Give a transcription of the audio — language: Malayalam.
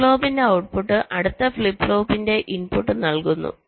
ഫ്ലിപ്പ് ഫ്ലോപ്പിന്റെ ഔട്ട്പുട്ട് അടുത്ത ഫ്ലിപ്പ് ഫ്ലോപ്പിന്റെ ഇൻപുട്ട് നൽകുന്നു